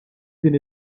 din